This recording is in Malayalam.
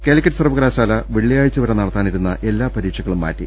കാലിക്കറ്റ് സർവകലാശാല വെള്ളിയാഴ്ച വരെ നടത്താനിരുന്ന എല്ലാ പരീക്ഷകളും മാറ്റി